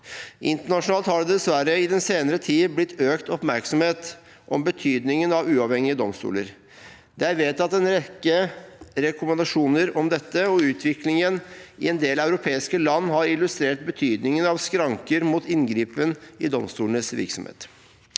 Internasjonalt har det dessverre i den senere tid blitt økt oppmerksomhet om betydningen av uavhengige domstoler. Det er vedtatt en rekke rekommandasjoner om dette, og utviklingen i en del europeiske land har illustrert betydningen av skranker mot inngripen i domstolenes virksomhet.